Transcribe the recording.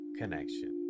connection